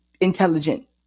intelligent